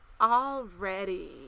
already